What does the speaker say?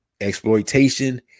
exploitation